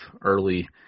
early